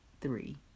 three